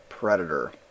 Predator